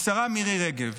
השרה מירי רגב,